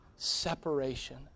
separation